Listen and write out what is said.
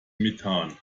methan